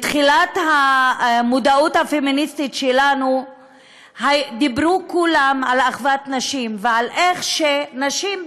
בתחילת המודעות הפמיניסטית שלנו דיברו כולם על אחוות נשים ועל שנשים,